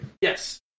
Yes